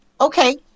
Okay